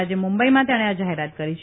આજે મુંબઇમાં તેણે આ જાહેરાત કરી છે